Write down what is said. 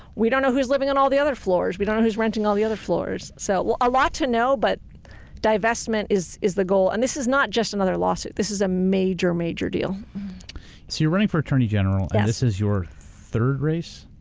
we don't know who's living in all the other floors. we don't know who's renting all the other floors. so a lot to know, but divestment is is the goal. and this is not just another lawsuit. this is a major, major deal. so you're running for attorney general and this is your third race?